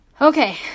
okay